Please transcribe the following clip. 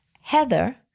Heather